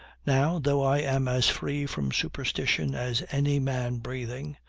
now, though i am as free from superstition as any man breathing,